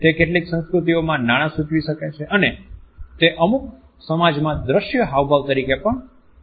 તે કેટલીક સંસ્કૃતિઓમાં નાણાં સૂચવી શકે છે અને તે અમુક સમાજમાં દ્રશ્ય હાવભાવ તરીકે પણ ગણી શકાય છે